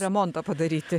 remontą padaryti